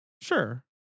Sure